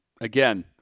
again